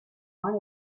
one